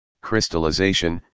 crystallization